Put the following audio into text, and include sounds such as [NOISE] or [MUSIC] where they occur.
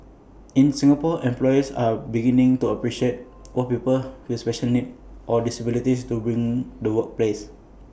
in Singapore employers are beginning to appreciate [NOISE] what people with special needs or disabilities to bring the workplace